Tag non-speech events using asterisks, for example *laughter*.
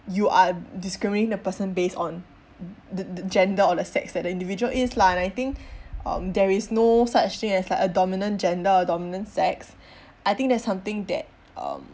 you are discriminating the person based on the the gender or the sex that the individual is lah and I think *breath* um there is no such thing as like a dominant gender or a dominant sex *breath* I think that is something that um